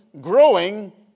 growing